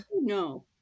no